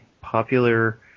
popular